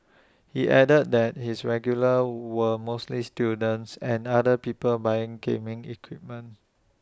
he added that his regulars were mostly students and other people buying gaming equipment